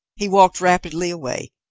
he walked rapidly away,